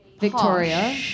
Victoria